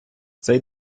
цей